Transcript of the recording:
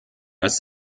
als